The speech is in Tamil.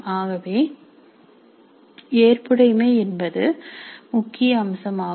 ஆகவே ஏற்புடைமை என்பது முக்கிய அம்சமாகும்